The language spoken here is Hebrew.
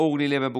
אורלי לוי אבקסיס,